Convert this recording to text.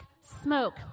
smoke